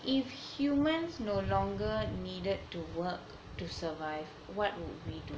if humans no longer needed to work to survive what would we do